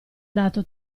dato